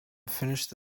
finish